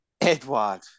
Edward